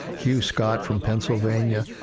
hugh scott from pennsylvania,